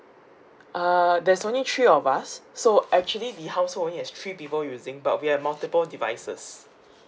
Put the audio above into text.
uh there's only three of us so actually the household has only three people using but we have multiple devices